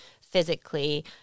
physically